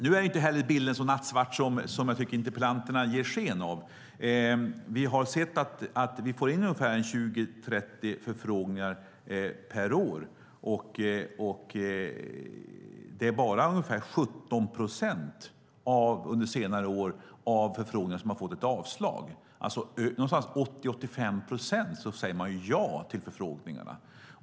Nu är inte bilden så nattsvart som debattörerna ger sken av. Vi har sett att det kommer in 20-30 förfrågningar per år. Det är bara ungefär 17 procent av förfrågningarna under senare år som har avslagits. I 80-85 procent av fallen säger man ja.